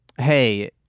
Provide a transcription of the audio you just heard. Hey